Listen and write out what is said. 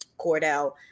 Cordell